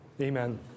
amen